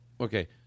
Okay